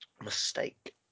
Mistake